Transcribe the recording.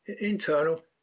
Internal